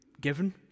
given